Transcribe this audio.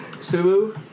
Sulu